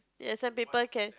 ya some people can